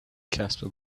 casper